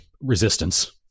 resistance